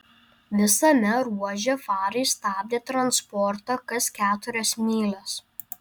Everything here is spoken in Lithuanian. visame ruože farai stabdė transportą kas keturias mylias